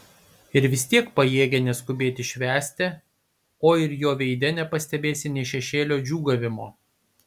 ir vis tiek pajėgia neskubėti švęsti o ir jo veide nepastebėsi nė šešėlio džiūgavimo